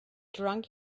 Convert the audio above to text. drunk